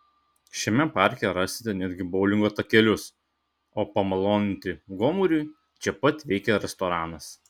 šiame parke rasite netgi boulingo takelius o pamaloninti gomuriui čia pat veikia restoranas